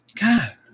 God